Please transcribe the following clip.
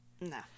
No